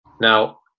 Now